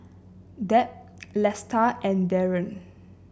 Deb Lesta and Darrian